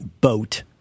boat